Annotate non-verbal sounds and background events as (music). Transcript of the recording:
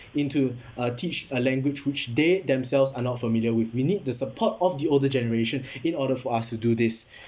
into uh teach a language which they themselves are not familiar with we need the support of the older generation (breath) in order for us to do this